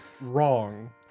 wrong